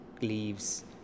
leaves